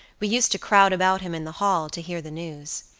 we used to crowd about him in the hall, to hear the news.